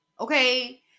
Okay